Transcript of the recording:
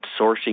sourcing